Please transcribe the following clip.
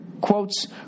quotes